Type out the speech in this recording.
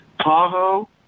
Tahoe